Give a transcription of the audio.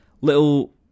little